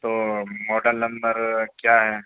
تو model number کیا ہے